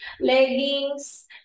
leggings